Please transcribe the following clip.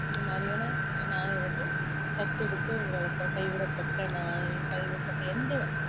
இந்த மாதிரியான நாயை வந்து தத்தெடுத்து வளர்ப்பேன் கைவிடப்பட்ட நாயை கைவிடப்பட்ட எந்த